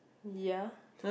ya